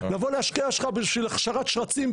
לבוא ולהשקיע בהכשרת שרצים,